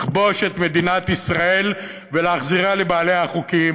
לכבוש את מדינת ישראל ולהחזירה לבעליה החוקיים,